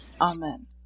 Amen